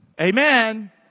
Amen